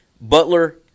Butler